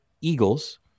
Eagles